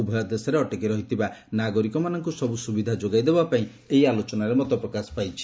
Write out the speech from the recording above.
ଉଭୟ ଦେଶରେ ଅଟକି ରହିଥିବା ନାଗରିକମାନଙ୍କୁ ସବୁ ସୁବିଧା ଯୋଗାଇଦେବା ପାଇଁ ଏହି ଆଲୋଚନାରେ ମତ ପ୍ରକାଶ ପାଇଛି